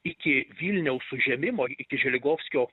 iki vilniaus užėmimo iki želigovskio